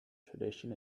tradition